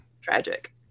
Tragic